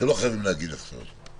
לא חייבים להגיד עכשיו.